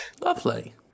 Lovely